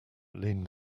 leaned